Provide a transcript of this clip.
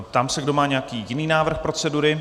Ptám se, kdo má nějaký jiný návrh procedury.